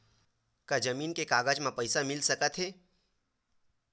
का जमीन के कागज म पईसा मिल सकत हे?